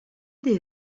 des